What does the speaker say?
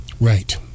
Right